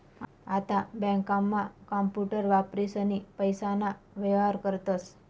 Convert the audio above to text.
आता बँकांमा कांपूटर वापरीसनी पैसाना व्येहार करतस